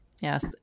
Yes